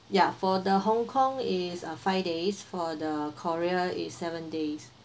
ya for the Hong-Kong is five days for the korea is seven days